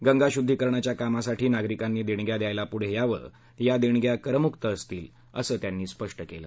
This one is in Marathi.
गंगा शुद्धीकरणाच्या कामासाठी नागरीकांनी देणग्या द्यायला पुढं यावं या देणग्या करमुक्त असतील असं त्यांनी स्पष्ट केलं